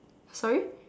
sorry